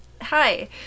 Hi